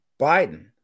Biden